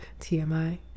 TMI